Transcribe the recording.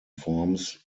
forms